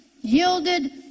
yielded